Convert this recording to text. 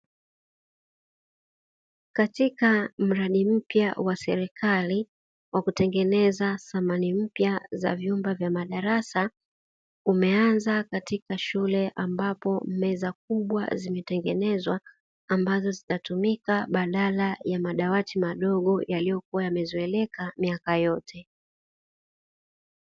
Katika mradi mpya wa serikali wa kutengeneza samani mpya za vyumba vya madarasa, umeanza katika shule ambapo meza kubwa zimetengenezwa, ambazo zitatumika badala ya madawati madogo yaliyokuwa yamezoeleka miaka yote.